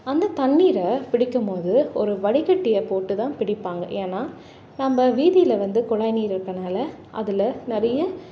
அந்த தண்ணீரை பிடிக்கும்போது ஒரு வடிக்கட்டியை போட்டு தான் பிடிப்பாங்க ஏன்னா நம்ம வீதியில் வந்து குழாய் நீர் இருக்கிறனால அதில் நிறைய